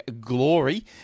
glory